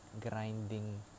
grinding